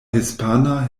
hispana